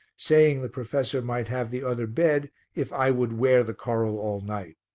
saying the professor might have the other bed if i would wear the coral all night.